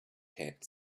hat